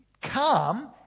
Come